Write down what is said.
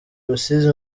rusizi